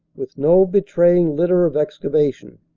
with no betraying litter of excavation.